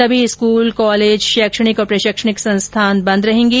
सभी school college शैक्षणिक और प्रशैक्षणिक संस्थान बंद रहेंगे